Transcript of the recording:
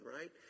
right